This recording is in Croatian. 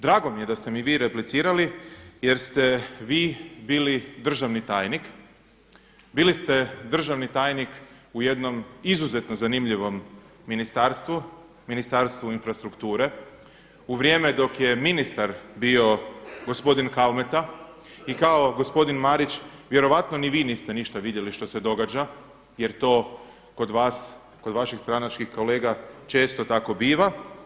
Drago mi je da ste mi vi replicirali jer ste vi bili državni tajnik, bili ste državni tajnik u jednom izuzetno zanimljivom ministarstvu, Ministarstvu infrastrukture u vrijeme dok je ministar bio gospodin Kalmeta i kao gospodin Marić, vjerojatno ni vi niste ništa vidjeli što se događa jer to kod vas, kod vaših stranačkih kolega često tako biva.